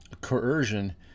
coercion